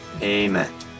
Amen